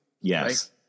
Yes